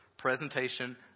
Presentation